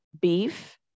beef